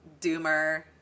doomer